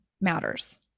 matters